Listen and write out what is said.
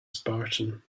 spartan